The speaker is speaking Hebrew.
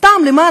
סתם למען,